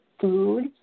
food